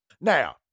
Now